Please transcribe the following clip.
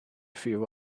few